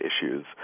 issues